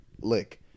lick